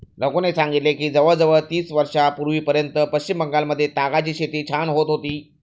रघूने सांगितले की जवळजवळ वीस वर्षांपूर्वीपर्यंत पश्चिम बंगालमध्ये तागाची शेती छान होत होती